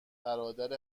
برادر